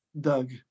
Doug